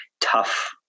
tough